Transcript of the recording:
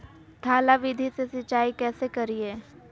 थाला विधि से सिंचाई कैसे करीये?